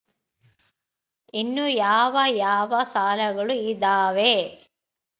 ಇನ್ನು ಯಾವ ಯಾವ ಸಾಲಗಳು ಇದಾವೆ?